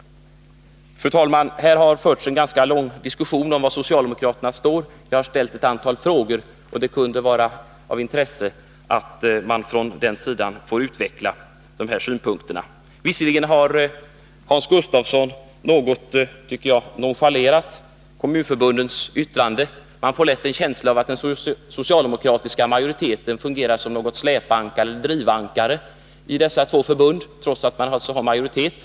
Fru talman! Här har förts en ganska lång diskussion om var socialdemokraterna står i detta ärende. Jag har också ställt ett antal frågor, och det kunde vara av intresse, om man från den sidan ville utveckla sina synpunkter. Hans Gustafsson har, tycker jag, något nonchalerat kommunförbundens yttrande. Man får lätt en känsla av att den socialdemokratiska majoriteten fungerar som drivankare i dessa två förbund, trots att man alltså är i majoritet.